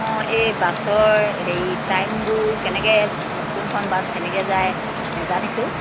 অঁ এই বাছৰ হেৰি টাইমবোৰ কেনেকৈ কোনখন বাছ কেনেকৈ যায় নাজানিছোঁ